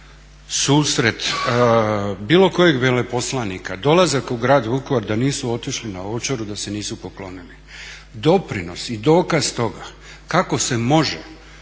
susret bilo kojeg veleposlanika dolazak u grad Vukovar da nisu otišli na Ovčaru da se nisu poklonili. Doprinos i dokaz toga kako se može